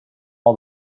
all